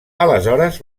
aleshores